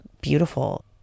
beautiful